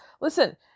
Listen